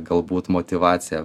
galbūt motyvaciją